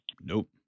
Nope